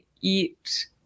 eat